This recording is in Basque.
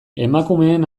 emakumeen